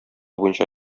буенча